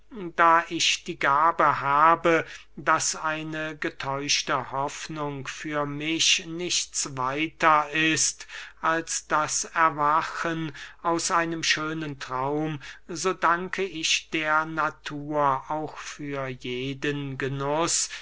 da ich die gabe habe daß eine getäuschte hoffnung für mich nichts weiter ist als das erwachen aus einem schönen traum so danke ich der natur auch für jeden genuß